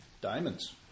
Diamonds